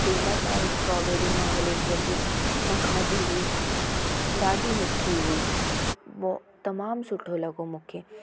famous आहे strawberry Mahabaleshwar जी मां खादी हुई ॾाढी मिठी हुई बो तमामु सुठो लॻो मूंखे